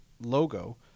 logo